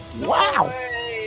Wow